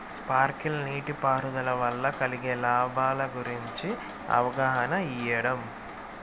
Sprinkle నీటిపారుదల వల్ల కలిగే లాభాల గురించి అవగాహన ఇయ్యడం?